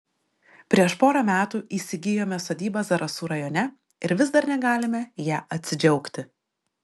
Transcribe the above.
prieš porą metų įsigijome sodybą zarasų rajone ir vis dar negalime ja atsidžiaugti